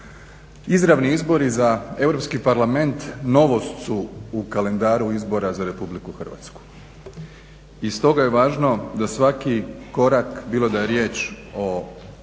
Izravni izbori za Europski parlament novost su u kalendaru izbora za RH. I stoga je važno da svaki korak, bilo da je riječ o